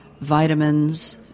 vitamins